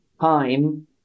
time